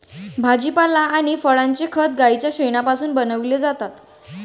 भाजीपाला आणि फळांचे खत गाईच्या शेणापासून बनविलेले जातात